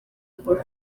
paul